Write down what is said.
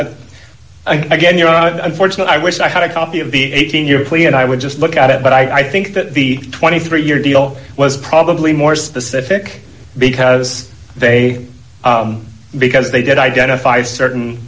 think again you're out unfortunately i wish i had a copy of the eighteen year plea and i would just look at it but i think that the twenty three year deal was probably more specific because they because they did identify certain